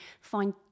find